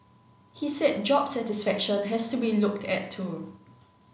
he said job satisfaction has to be looked at too